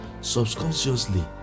subconsciously